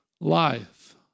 life